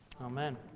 Amen